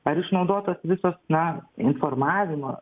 ar išnaudotos visos na informavimo